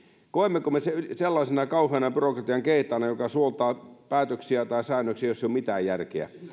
koemmeko me sen sellaisena kauheana byrokratian keitaana joka suoltaa päätöksiä tai säännöksiä joissa ei ole mitään järkeä